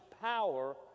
power